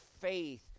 faith